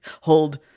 hold